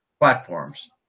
platforms